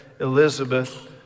Elizabeth